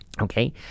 okay